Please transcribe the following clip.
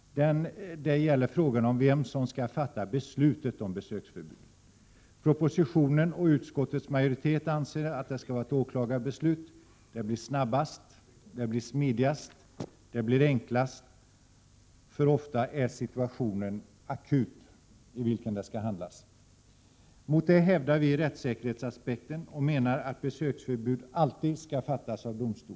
Det gäller frågan om vem som skall fatta beslutet om besöksförbud. Propositionen och utskottets majoritet anser att det skall vara ett åklagarbeslut, eftersom det blir snabbast, smidigast och enklast. Den situation i vilken det skall handlas är nämligen ofta akut. Mot detta anför vi rättssäkerhetsaspekten och menar att besöksförbud alltid skall fattas av domstol.